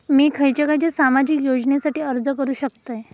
मी खयच्या खयच्या सामाजिक योजनेसाठी अर्ज करू शकतय?